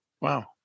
Wow